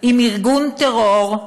עם ארגון טרור,